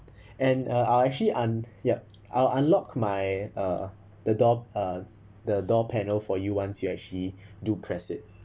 and uh I'll actually un~ yup I'll unlocked my uh the door uh the door panel for you once you actually do press it